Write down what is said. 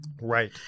Right